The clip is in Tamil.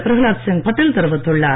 பிரஹலாத்சிங் பட்டேல் தெரிவித்துள்ளார்